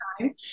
time